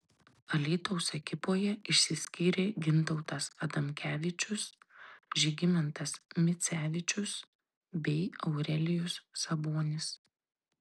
alytaus ekipoje išsiskyrė gintautas adamkevičius žygimantas micevičius bei aurelijus sabonis